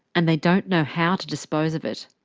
and they don't know how to dispose of it.